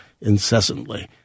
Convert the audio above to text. incessantly